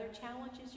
challenges